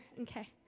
Okay